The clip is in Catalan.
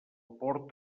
port